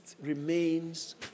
remains